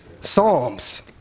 Psalms